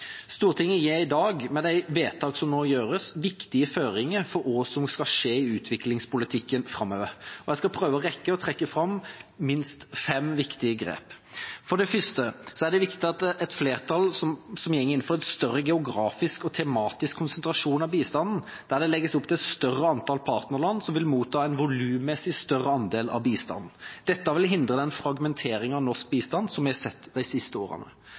Stortinget gir i dag, med de vedtak som nå gjøres, viktige føringer for hva som skal skje i utviklingspolitikken framover. Jeg skal prøve å rekke å trekke fram minst fem viktige grep. For det første er det viktig at et flertall går inn for en sterkere geografisk og tematisk konsentrasjon av bistanden, der det legges opp til at det er et avgrenset antall partnerland som vil motta en volummessig større andel av bistanden. Dette vil hindre den fragmenteringen av norsk bistand som vi har sett de siste årene.